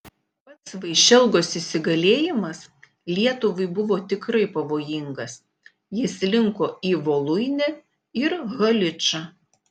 pats vaišelgos įsigalėjimas lietuvai buvo tikrai pavojingas jis linko į voluinę ir haličą